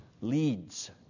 leads